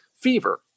fever